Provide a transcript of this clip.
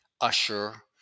Usher